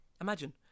Imagine